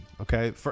Okay